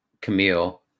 Camille